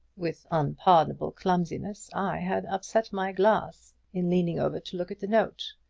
with unpardonable clumsiness i had upset my glass in leaning over to look at the note.